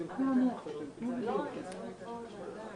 טענתי, טענתי,